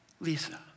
Lisa